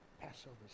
Passover